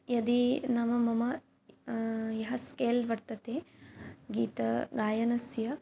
यदि नाम मम यः स्केल् वर्तते गीतगायनस्य